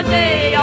day